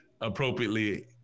appropriately